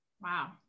Wow